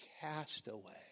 Castaway